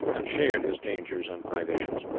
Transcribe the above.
and shared his dangers and privations.